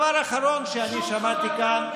ודבר אחרון שאני שמעתי כאן,